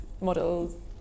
models